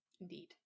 Indeed